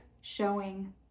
showing